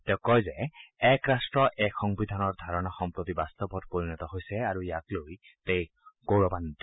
তেওঁ কয় যে এক ৰাট্ট এক সংবিধানৰ ধাৰণা সম্প্ৰতি বাস্তৱত পৰিণত হৈছে আৰু ইয়াক লৈ দেশ গৌৰৱান্নিত